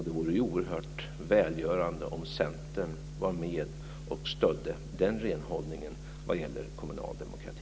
Det vore ju oerhört välgörande om Centern var med och stödde den renhållningen vad gäller kommunal demokrati.